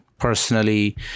Personally